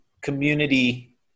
community